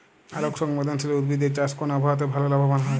আলোক সংবেদশীল উদ্ভিদ এর চাষ কোন আবহাওয়াতে ভাল লাভবান হয়?